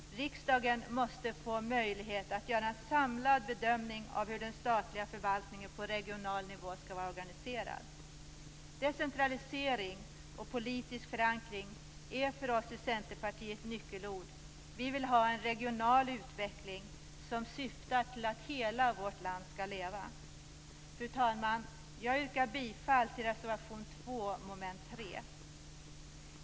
Riksdagen måste få möjlighet att göra en samlad bedömning av hur den statliga förvaltningen på regional nivå skall vara organiserad. Decentralisering och politisk förankring är nyckelord för oss i Centerpartiet. Vi vill ha en regional utveckling som syftar till att hela vårt land skall leva. Fru talman! Jag yrkar bifall till reservation 2 under mom. 3.